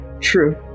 True